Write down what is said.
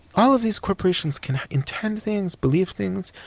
all of these corporations can intend things, believe things,